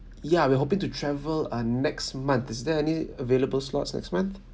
ya we're hoping to travel uh next month is there any available slots next month